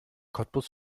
cottbus